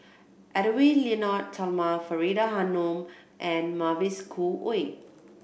Edwy Lyonet Talma Faridah Hanum and Mavis Khoo Oei